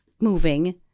moving